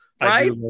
right